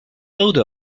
odor